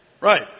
right